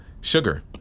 Sugar